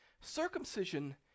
circumcision